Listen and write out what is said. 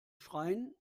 schreien